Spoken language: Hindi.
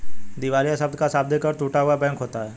दिवालिया शब्द का शाब्दिक अर्थ टूटा हुआ बैंक होता है